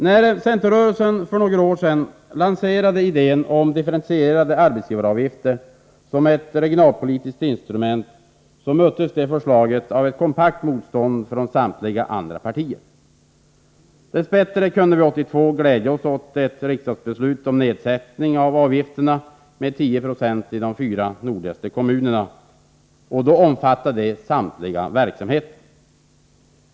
När centerrörelsen för några år sedan lanserade idén om differentierade arbetsgivaravgifter, som ett regionalpolitiskt instrument, möttes förslaget äv kompakt motstånd från samtliga andra partier. Dess bättre kunde vi 1982 glädja oss åt ett riksdagsbeslut om nedsättning av socialförsäkringsavgifterna med 10 96 i de fyra nordligaste kommunerna. Och det omfattade då samtliga verksamheter.